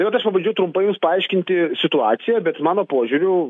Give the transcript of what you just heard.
tai va aš bandžiau trumpai jums paaiškinti situaciją bet mano požiūriu